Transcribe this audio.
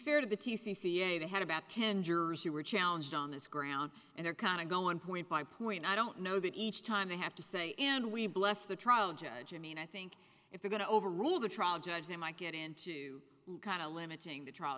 fair to the t c c a they had about ten jurors who were challenged on this ground and they're kind of go on point by point i don't know that each time they have to say and we bless the trial judge i mean i think if we're going to overrule the trial judge they might get into kind of limiting the trial